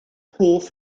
hoff